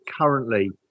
currently